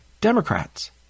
Democrats